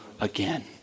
again